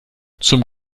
zum